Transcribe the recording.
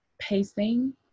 pacing